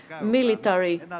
military